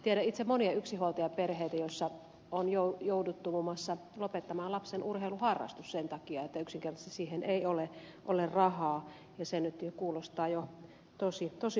tiedän itse monia yksinhuoltajaperheitä joissa on jouduttu muun muassa lopettamaan lapsen urheiluharrastus sen takia että yksinkertaisesti siihen ei ole rahaa ja se nyt kuulostaa jo tosi harmilliselta